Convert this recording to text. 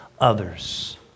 others